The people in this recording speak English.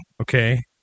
okay